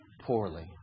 poorly